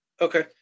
Okay